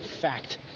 fact